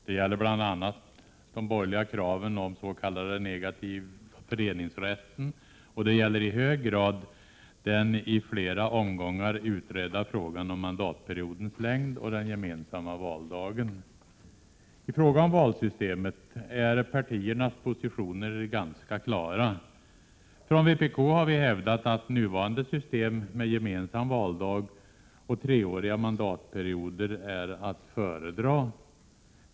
Det gäller bl.a. de borgerliga kraven på den s.k. negativa föreningsrätten, samtidigt som det i hög grad gäller den i flera omgångar utredda frågan om mandatperiodens längd och den gemensamma valdagen. I fråga om valsystemet är partiernas positioner ganska klara. Från vpk har vi hävdat att nuvarande system med gemensam valdag och treåriga mandatperioder är att föredra.